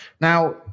Now